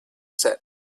said